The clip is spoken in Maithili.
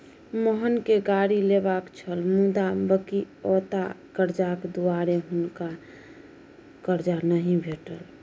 मोहनकेँ गाड़ी लेबाक छल मुदा बकिऔता करजाक दुआरे हुनका करजा नहि भेटल